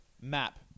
map